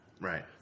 Right